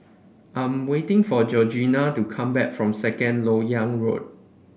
I'm waiting for Georgiann to come back from Second LoK Yang Road